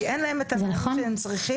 כי אין להם את התנאים שהם צריכים,